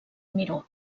miró